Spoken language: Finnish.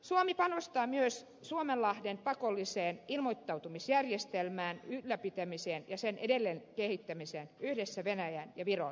suomi panostaa myös suomenlahden pakollisen ilmoittautumisjärjestelmän ylläpitämiseen ja sen edelleen kehittämiseen yhdessä venäjän ja viron kanssa